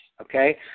okay